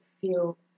feel